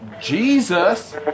Jesus